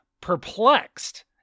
perplexed